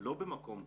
לא במקום טוב,